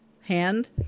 hand